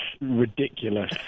ridiculous